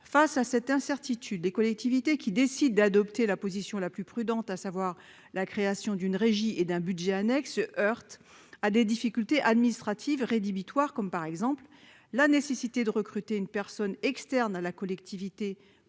Face à cette incertitude, les collectivités qui décident d'adopter la position la plus prudente, à savoir la création d'une régie et d'un budget annexe, se heurtent à des difficultés administratives rédhibitoires, comme la nécessité de recruter une personne externe à la collectivité pour diriger